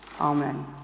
Amen